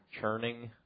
churning